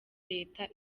leta